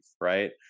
right